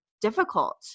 difficult